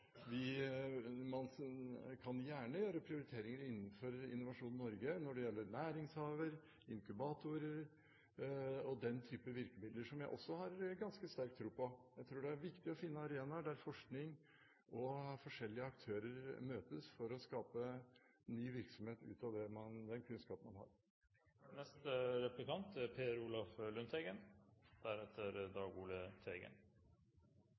disponere. Man kan gjerne gjøre prioriteringer innenfor Innovasjon Norge når det gjelder næringshaver, inkubatorer og den type virkemidler, som jeg også har ganske sterk tro på. Jeg tror det er viktig å finne arenaer der forskning og forskjellige aktører møtes for å skape ny virksomhet ut av den kunnskapen man har. Representanten Gundersen snakker med rørende omsorg omkring sikkerhetsnett og like muligheter. Det